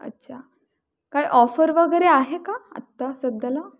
अच्छा काय ऑफर वगैरे आहे का आता सध्याला